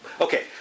Okay